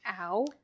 ow